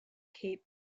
cape